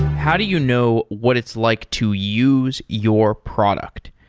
how do you know what it's like to use your product?